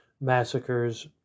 massacres